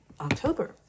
october